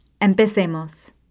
¡Empecemos